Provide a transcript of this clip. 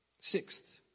Sixth